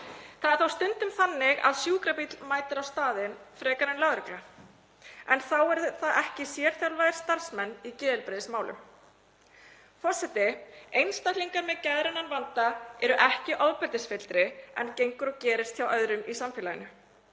Það er þó stundum þannig að sjúkrabíll mætir á staðinn frekar en lögregla en þá eru það ekki sérþjálfaðir starfsmenn í geðheilbrigðismálum. Forseti. Einstaklingar með geðrænan vanda eru ekki ofbeldisfyllri en gengur og gerist hjá öðrum í samfélaginu.